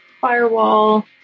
firewall